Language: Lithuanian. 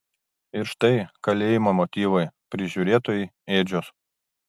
ir štai kalėjimo motyvai prižiūrėtojai ėdžios